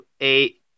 eight